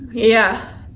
yeah.